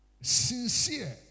sincere